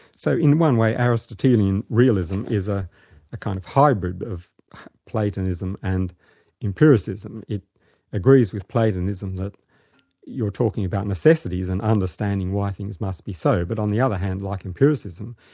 so in one way, aristotelian realism is a kind of hybrid of platonism and empiricism. it agrees with platonism that we're talking about necessities and understanding why things must be so, but on the other hand like empiricism,